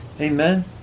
Amen